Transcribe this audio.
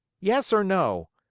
yes or no?